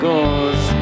Goes